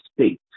state